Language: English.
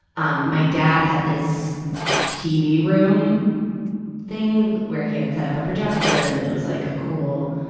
um, my dad had this tv room thing, where he had set up a projector. and it was like a cool